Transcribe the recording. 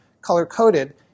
color-coded